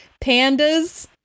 pandas